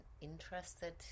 interested